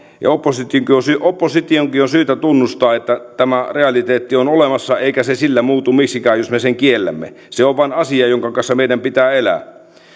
ja oppositionkin on syytä tunnustaa että tämä realiteetti on olemassa eikä se sillä muutu miksikään jos me sen kiellämme se on vain asia jonka kanssa meidän pitää elää postin